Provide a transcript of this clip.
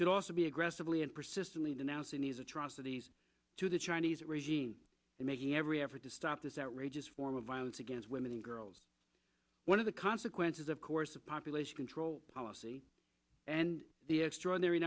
should also be aggressively and persistently denouncing these atrocities to the chinese regime and making every effort to stop this outrageous form of violence against women and girls one of the consequences of course of population control policy and the extraordinary